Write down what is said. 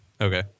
okay